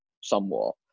somewhat